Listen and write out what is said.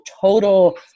total